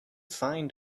find